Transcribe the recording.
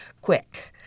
quick